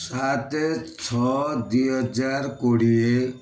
ସାତ ଛଅ ଦୁଇ ହଜାର କୋଡ଼ିଏ